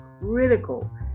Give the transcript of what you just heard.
critical